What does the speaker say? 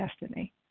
destiny